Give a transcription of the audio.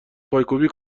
پایکوبی